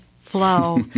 flow